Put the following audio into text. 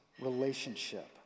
relationship